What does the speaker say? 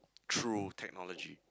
through technology